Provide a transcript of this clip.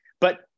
but-